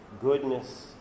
goodness